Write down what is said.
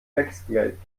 wechselgeld